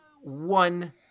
one